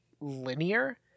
linear